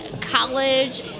college